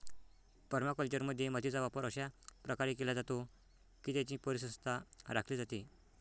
परमाकल्चरमध्ये, मातीचा वापर अशा प्रकारे केला जातो की त्याची परिसंस्था राखली जाते